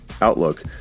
outlook